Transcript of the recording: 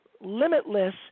limitless